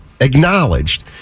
acknowledged